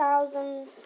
thousand